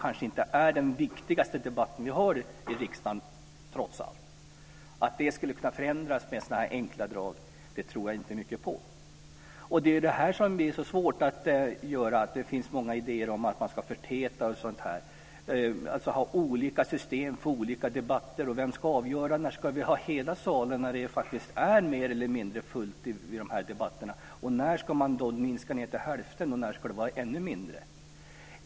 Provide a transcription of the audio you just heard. Dessutom är det kanske inte den viktigaste debatten vi har i riksdagen. Det finns många idéer om att man ska förtäta och ha olika system för olika debatter. Vem ska avgöra när vi ska ha hela salen? När ska man minska till hälften? När ska det vara ännu mindre?